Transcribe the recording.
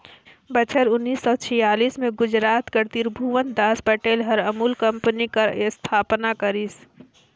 बछर उन्नीस सव छियालीस में गुजरात कर तिरभुवनदास पटेल हर अमूल कंपनी कर अस्थापना करिस